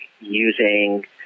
using